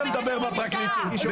ראיות למשטרת ישראל?